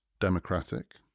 democratic